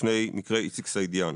לפני מקרה איציק סעידיאן.